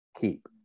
keep